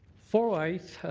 fluoride,